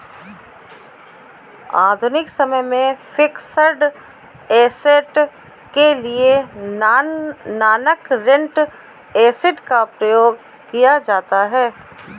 आधुनिक समय में फिक्स्ड ऐसेट के लिए नॉनकरेंट एसिड का प्रयोग किया जाता है